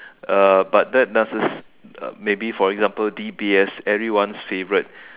uh but that doesn't maybe for example D_B_S everyone's favourite